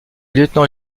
lieutenant